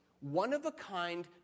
one-of-a-kind